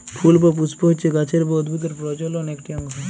ফুল বা পুস্প হচ্যে গাছের বা উদ্ভিদের প্রজলন একটি অংশ